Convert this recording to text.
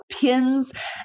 pins